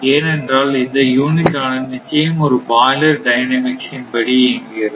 ஏனென்றால் இந்த யூனிட் ஆனது நிச்சயம் ஒரு பாய்லர் டைனமிக்ஸ் இன் படி இயங்குகிறது